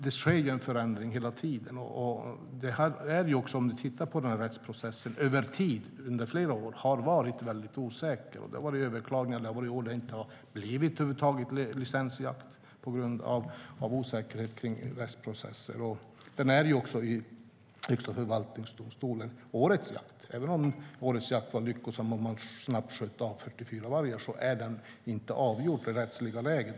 Det sker ju en förändring hela tiden, och om vi tittar på rättsprocessen över tid ser vi att den under flera år har varit väldigt osäker. Det har varit överklaganden, och det har varit år då det över huvud taget inte har blivit någon licensjakt på grund av osäkerhet kring rättsprocesser. Sedan är årets jakt i Högsta förvaltningsdomstolen, så även om den var lyckosam och man snabbt sköt av 44 vargar är den inte avgjord den rättsliga vägen.